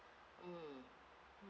mm